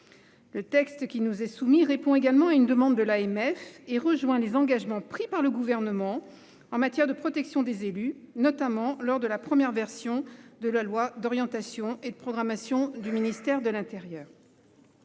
Le texte qui nous est soumis répond également à une demande de l'AMF et rejoint les engagements pris par le Gouvernement en matière de protection des élus, notamment lors de la première version de la loi d'orientation et de programmation du ministère de l'intérieur.